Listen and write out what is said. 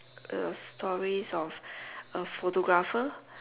uh stories of a photographer